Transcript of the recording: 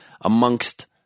amongst